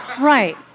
right